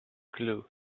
clue